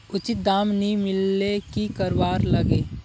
उचित दाम नि मिलले की करवार लगे?